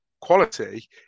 quality